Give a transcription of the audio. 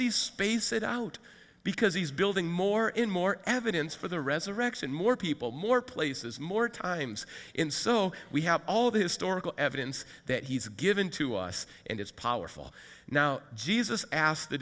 disease space it out because he's building more in more evidence for the resurrection more people more places more times in so we have all of the historical evidence that he's given to us and it's powerful now jesus asked the